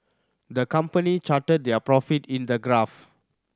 the company charted their profit in the graph